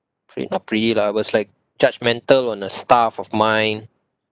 pre~ not pretty lah I was like judgemental on a staff of mine